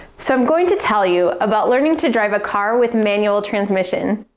so, i'm going to tell you about learning to drive a car with manual transmission.